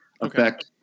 affect